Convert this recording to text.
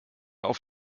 auf